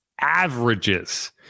Averages